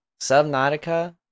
Subnautica